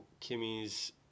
kimmy's